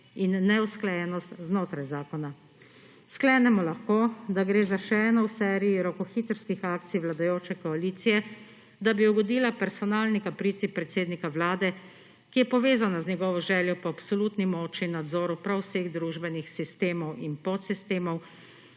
in neusklajenost znotraj zakona. Sklenemo lahko, da gre za še eno v seriji rokohitrskih akcij vladajoče koalicije, da bi ugodila personalni kaprici predsednika Vlade, ki je povezano z njegovo željo po absolutni moči nadzoru prav vseh družbenih sistemov in podsistemov,